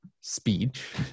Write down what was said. speech